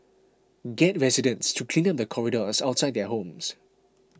get residents to clean up the corridors outside their homes